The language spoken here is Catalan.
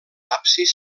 absis